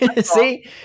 See